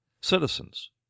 citizens